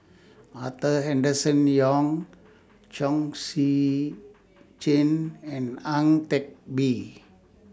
Arthur Henderson Young Chong Tze Chien and Ang Teck Bee